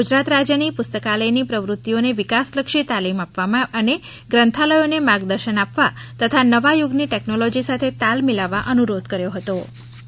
ગુજરાત રાજ્યની પુસ્તકાલયની પ્રવૃતિઓને વિકાસલક્ષી તાલીમ આપવા અને ગ્રંથાલયોને માર્ગદર્શન આપવા તથા નવા યુગની ટેકનોલોજી સાથે તાલ મીલાવવા અનુરોધ કરાયો